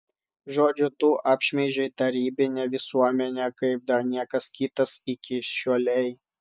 žodžiu tu apšmeižei tarybinę visuomenę kaip dar niekas kitas iki šiolei